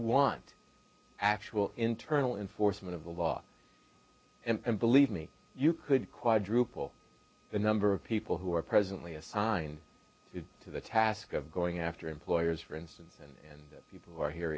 want actual internal enforcement of the law and believe me you could quadruple the number of people who are presently assigned to the task of going after employers for instance and people who are here